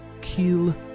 kill